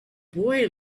boy